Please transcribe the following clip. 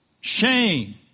shame